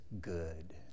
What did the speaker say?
good